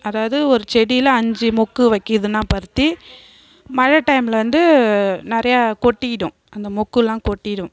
அதாவது ஒரு செடியில் அஞ்சு மொக்கு வைக்குதுனால் பருத்தி மழை டைமில் வந்து நிறையா கொட்டிடும் அந்த மொக்கெலாம் கொட்டிடும்